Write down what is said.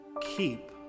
keep